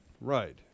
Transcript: Right